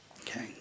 okay